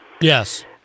Yes